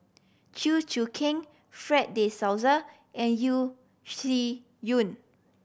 Chew Choo Keng Fred De Souza and Yeo Shih Yun